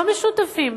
לא משותפים,